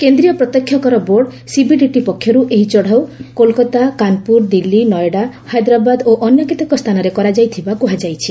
କେନ୍ଦ୍ରୀୟ ପ୍ରତ୍ୟକ୍ଷ କର ବୋର୍ଡ ସିବିଡିଟି ପକ୍ଷରୁ ଏହି ଚଡ଼ଉ କୋଲକାତା କାନପୁର ଦିଲ୍ଲୀ ନଏଡା ହାଇଦ୍ରାବାଦ ଓ ଅନ୍ୟ କେତେକ ସ୍ଥାନରେ କରାଯାଇଥିବା କୁହାଯାଇଛି